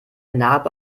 narbe